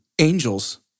Angels